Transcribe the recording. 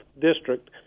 District